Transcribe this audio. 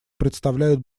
представляют